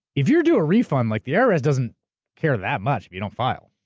if you're doing a refund, like the irs doesn't care that much if you don't file.